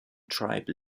tribe